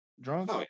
drunk